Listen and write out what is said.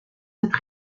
cette